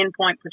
endpoint